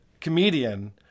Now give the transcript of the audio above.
comedian